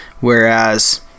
Whereas